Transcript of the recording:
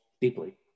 deeply